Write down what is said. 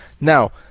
Now